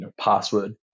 password